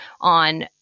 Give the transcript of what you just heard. on